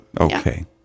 okay